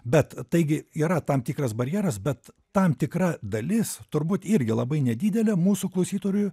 bet taigi yra tam tikras barjeras bet tam tikra dalis turbūt irgi labai nedidelė mūsų klausytojų